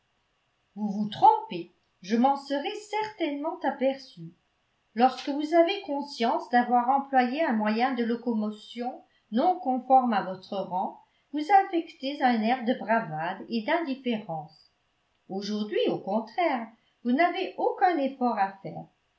vous vous trompez je m'en serais certainement aperçue lorsque vous avez conscience d'avoir employé un moyen de locomotion non conforme à votre rang vous affectez un air de bravade et d'indifférence aujourd'hui au contraire vous n'avez aucun effort à faire